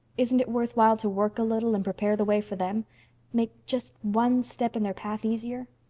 isn't it worthwhile to work a little and prepare the way for them make just one step in their path easier?